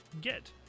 get